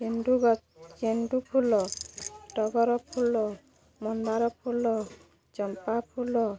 ଗେଣ୍ଡୁ ଗେଣ୍ଡୁ ଫୁଲ ଟଗର ଫୁଲ ମନ୍ଦାର ଫୁଲ ଚମ୍ପା ଫୁଲ